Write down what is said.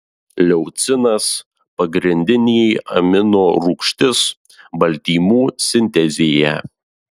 leucinas pagrindinė amino rūgštis baltymų sintezėje